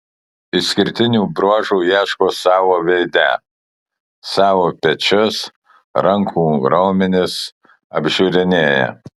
išskirtinių bruožų ieško savo veide savo pečius rankų raumenis apžiūrinėja